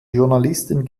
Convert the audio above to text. journalisten